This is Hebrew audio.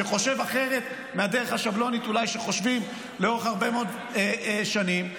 שחושב אחרת מהדרך השבלונית שאולי חושבים לאורך הרבה מאוד שנים.